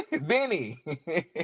Benny